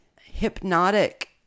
hypnotic